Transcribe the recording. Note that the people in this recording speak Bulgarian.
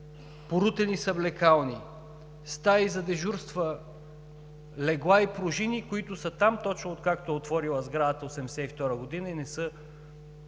Порутени съблекални, стаи за дежурства, легла и пружини, които са там точно откакто е отворила сградата през 1982 г. и не са